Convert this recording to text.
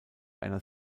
einer